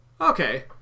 Okay